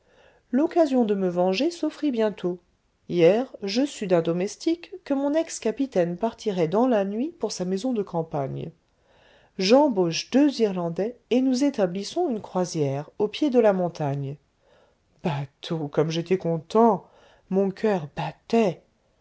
l'occasion de me venger s'offrit bientôt hier je sus d'un domestique que mon ex capitaine partirait dans la nuit pour sa maison de campagne j'embauche deux irlandais et nous établissons une croisière au pied de la montagne bateau comme j'étais content mon coeur battait